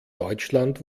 deutschland